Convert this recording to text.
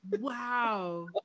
wow